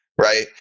Right